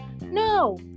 no